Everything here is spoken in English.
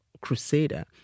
crusader